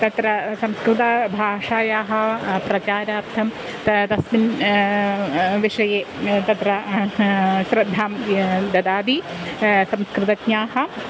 तत्र संस्कृतभाषायाः प्रचारार्थं तु तस्मिन् विषये तत्र श्रद्धां यः ददाति संस्कृतज्ञाः